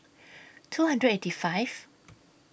two hundred eighty Fifth